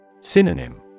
Synonym